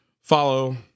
follow